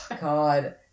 God